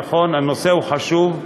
נכון, הנושא הוא חשוב,